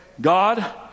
God